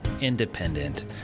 independent